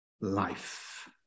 life